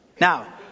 now